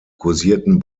kursierten